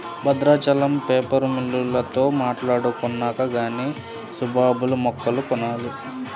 Bhadrachalam paper మిల్లోల్లతో మాట్టాడుకొన్నాక గానీ సుబాబుల్ మొక్కలు కొనాల